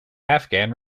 afghan